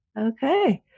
Okay